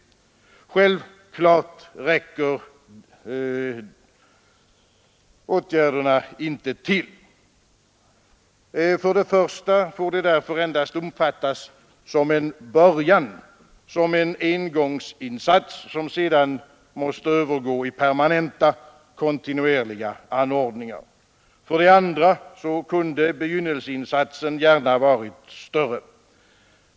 Självfallet räcker åtgärderna inte till. För det första får de därför endast uppfattas som en början, som en engångsinsats som sedan måste övergå i permanenta, kontinuerliga anordningar. För det andra kunde begynnelseinsatsen gärna ha varit större.